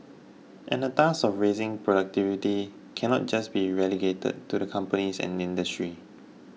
and the task of raising productivity cannot just be relegated to the companies and industry